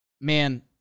Man